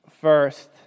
first